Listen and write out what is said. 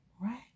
right